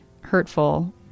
hurtful